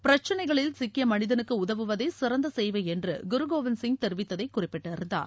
பிரக்னைகளில் சிக்கிய மனிதனுக்கு உதவுவதே சிறந்த சேவை என்று குருகோபிந்த் சிங் தெரிவித்ததை குறிப்பிட்டிருந்தார்